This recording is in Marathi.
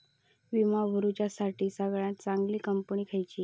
विमा भरुच्यासाठी सगळयात चागंली कंपनी खयची?